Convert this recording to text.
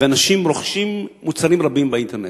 ואנשים רוכשים מוצרים רבים באינטרנט.